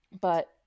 But-